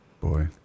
Boy